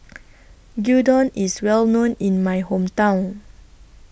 Gyudon IS Well known in My Hometown